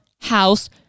house